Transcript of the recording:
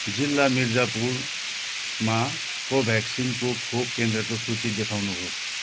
जिल्ला मिर्जापुरमा कोभ्याक्सिनको खोप केन्द्रको सूची देखाउनुहोस्